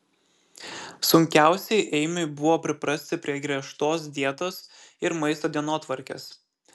sunkiausiai eimiui buvo priprasti prie griežtos dietos ir maisto dienotvarkės